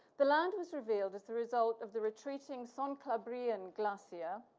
the land was revealed as the result of the retreating sun calabrian glassier